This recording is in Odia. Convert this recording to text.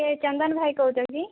କିଏ ଚନ୍ଦନ ଭାଇ କହୁଛ କି